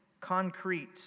concrete